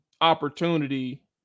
opportunity